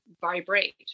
vibrate